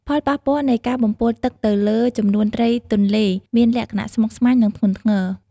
ផលប៉ះពាល់នៃការបំពុលទឹកទៅលើចំនួនត្រីទន្លេមានលក្ខណៈស្មុគស្មាញ និងធ្ងន់ធ្ងរ។